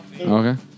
Okay